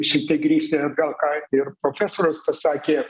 šiek tiek grįžti atgal ką ir profesorius pasakė